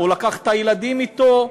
הוא לקח את הילדים אתו,